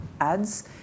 ads